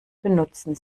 benutzen